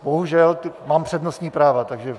Bohužel, mám přednostní práva, takže...